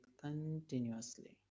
continuously